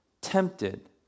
tempted